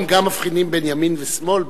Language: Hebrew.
החרדונים גם מבחינים בין ימין ושמאל,